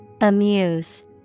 Amuse